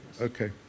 Okay